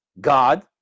God